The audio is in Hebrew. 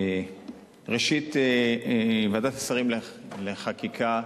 ראשית, ועדת השרים לחקיקה,